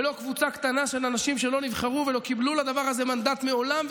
ולא קבוצה קטנה של אנשים שלא נבחרו ולא קיבלו לדבר הזה מנדט מעולם,